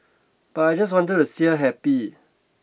but I just wanted to see her happy